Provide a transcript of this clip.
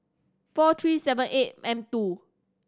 four three seven eight M two